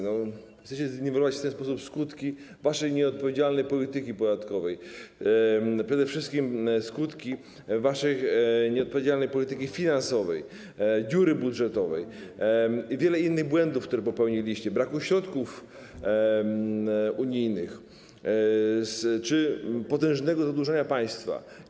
No, chcecie zniwelować w ten sposób skutki waszej nieodpowiedzialnej polityki podatkowej, przede wszystkim skutki waszej nieodpowiedzialnej polityki finansowej, dziury budżetowej i wielu innych błędów, które popełniliście, braku środków unijnych czy potężnego zadłużenia państwa.